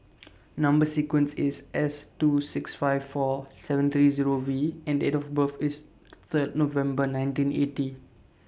Number sequence IS S two six five four seven three Zero V and Date of birth IS Third November nineteen eighty